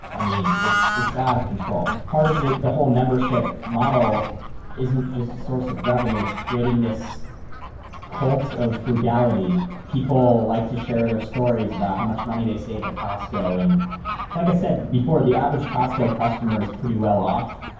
i mean, if it's out of control, part of the the whole membership model isn't just a source of revenue. it's creating this cult of frugality. people like to share their stories about how much money they save at costco. and like i said before, the average costco customer is pretty well off,